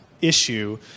issue